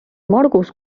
margus